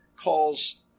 calls